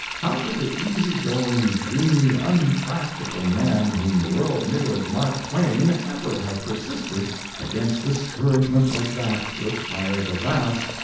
how could the easy-going, dreamy, unpractical man whom the world knew as mark twain ever have persisted against discouragement like that to acquire the vast,